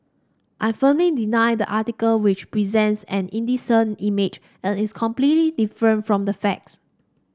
I firmly deny the article which presents an indecent image and is completely different from the facts